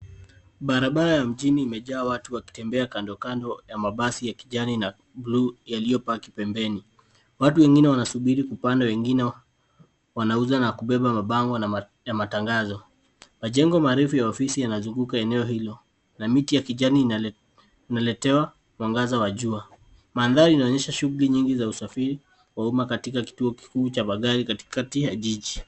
Barabara ya mjini imejaa watu wakitembea kando kando ya mabasi ya kijani na bulu yaliyopaki pembeni, watu wengine wanasubiri kupanda wengine wanausa na kupeba mapambo ya matangazo machengo marefu ya ofisi yamesumguka eneo hilo na miti ya kijani inaletea mwangaza wa jua , manthari inaonyesha shughuli nyingi ya usafiri wa uma katika kituo kikuu ya magari katikati cha jiji